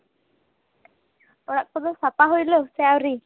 ᱚᱲᱟᱜ ᱠᱚᱫᱚ ᱥᱟᱯᱷᱟ ᱦᱩᱭᱱᱟ ᱥᱮ ᱟᱹᱣᱨᱤ